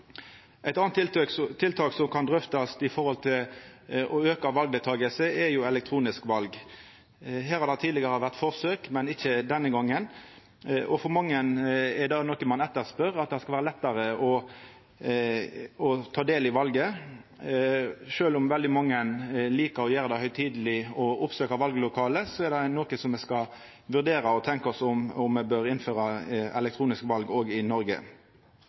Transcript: Eit anna tiltak som kan bli drøfta når det gjeld å auka valdeltakinga, er elektronisk val. Her har det tidlegare vore forsøk, men ikkje denne gongen. For mange er dette noko som blir etterspurt, at det skal vera lettare å ta del i valet. Sjølv om veldig mange likar å gjera det høgtideleg og oppsøkja vallokalet, er dette noko som me skal vurdera og tenkja på – om ein bør innføra elektroniske val òg i Noreg.